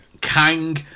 Kang